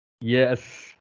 Yes